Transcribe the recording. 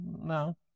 No